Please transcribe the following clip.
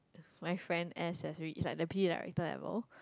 my friend as they read is like pre director I wrote